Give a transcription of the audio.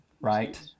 right